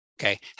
Okay